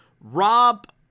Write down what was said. Rob